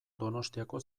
donostiako